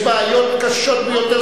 יש בעיות קשות ביותר,